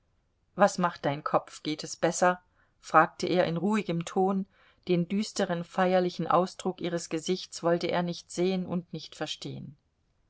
was macht dein kopf geht es besser fragte er in ruhigem ton den düsteren feierlichen ausdruck ihres gesichts wollte er nicht sehen und nicht verstehen